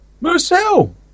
Marcel